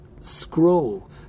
scroll